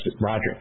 Roger